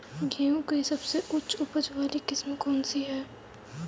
गेहूँ की सबसे उच्च उपज बाली किस्म कौनसी है?